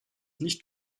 nicht